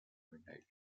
midnight